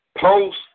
post